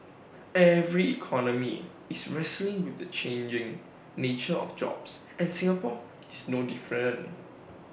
every economy is wrestling with the changing nature of jobs and Singapore is no different